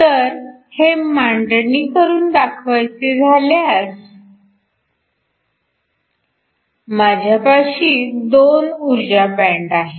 तर हे मांडणी करून दाखवायचे झाल्यास माझ्यापाशी २ ऊर्जा बँड आहेत